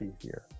easier